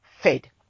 fed